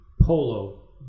polo